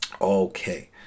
Okay